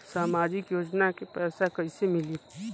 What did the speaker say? सामाजिक योजना के पैसा कइसे मिली?